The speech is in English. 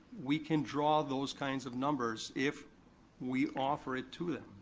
we can draw those kinds of numbers if we offer it to them.